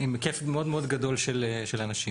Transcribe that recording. עם היקף מאוד מאוד גדול של אנשים.